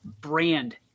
brand